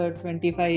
25